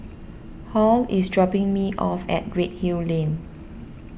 Halle is dropping me off at Redhill Lane